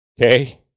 Okay